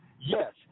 Yes